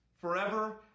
forever